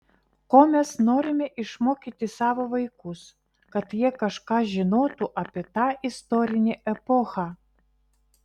ko mes norime išmokyti savo vaikus kad jie kažką žinotų apie tą istorinę epochą